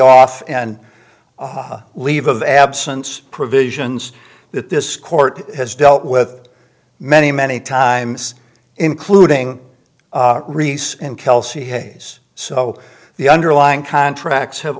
off and leave of absence provisions that this court has dealt with many many times including reese and kelsey hayes so the underlying contracts have